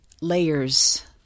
layers